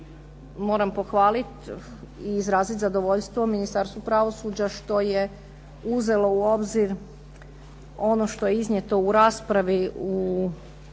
moram pohvaliti i izraziti zadovoljstvo Ministarstvu pravosuđa što je uzelo u obzir ono što je iznijeto u raspravi